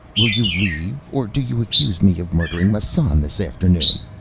will you leave? or do you accuse me of murdering massan this afternoon?